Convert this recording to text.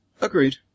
Agreed